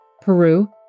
Peru